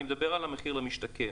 אני מדבר על ה"מחיר למשתכן".